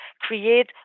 create